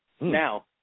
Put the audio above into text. Now